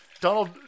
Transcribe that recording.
Donald